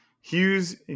Hughes